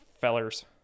fellers